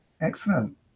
excellent